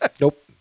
Nope